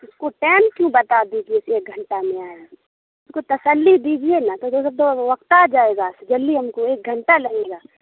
اس کو ٹائم کیوں بتا دیے کہ ایک گھنٹہ میں آئیں گی اس کو تسلی دیجیے نا وقت آ جائے گا تو جلدی ہم کو ایک گھنٹہ لگے گا